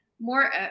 more